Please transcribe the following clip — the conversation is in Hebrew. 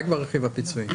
רק ברכיב הפיצויי.